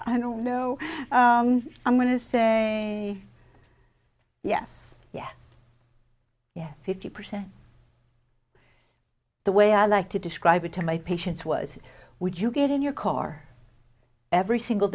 i don't know i'm going to say yes yes yes fifty percent the way i like to describe it to my patients was would you get in your car every single